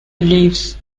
leaves